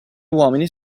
uomini